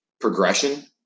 progression